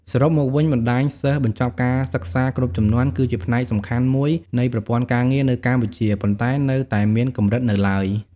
សរុបមកវិញ បណ្តាញសិស្សបញ្ចប់ការសិក្សាគ្រប់ជំនាន់ គឺជាផ្នែកសំខាន់មួយនៃប្រព័ន្ធការងារនៅកម្ពុជា ប៉ុន្តែនៅតែមានកម្រិតនៅឡើយ។